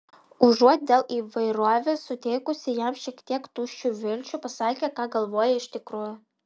užuot dėl įvairovės suteikusi jam šiek tiek tuščių vilčių pasakė ką galvoja iš tikrųjų